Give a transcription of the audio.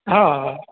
हा हा